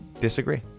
disagree